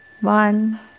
One